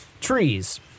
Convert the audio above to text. Trees